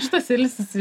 šitas ilsisi